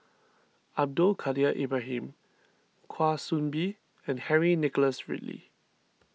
Abdul Kadir Ibrahim Kwa Soon Bee and Henry Nicholas Ridley